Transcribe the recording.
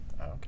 Okay